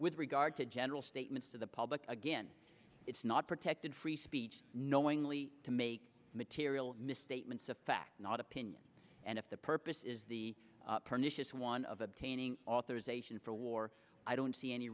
with regard to general statements to the public again it's not protected free speech knowingly to make material misstatements of fact not opinion and if the purpose is the pernicious one of obtaining authorization for war i don't see any